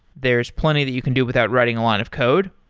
there's plenty that you can do without writing a lot of code,